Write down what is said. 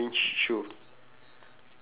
orh see you later bill right okay